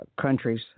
countries